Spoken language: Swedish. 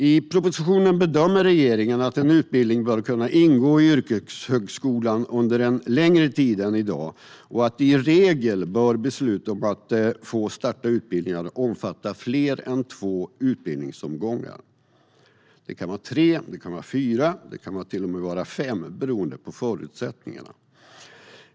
I propositionen bedömer regeringen att en utbildning bör kunna ingå i yrkeshögskolan under en längre tid än i dag och att beslut om att få starta utbildningar i regel bör omfatta fler än två utbildningsomgångar. Det kan vara tre, fyra eller till och med fem beroende på förutsättningarna.